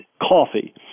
coffee